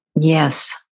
yes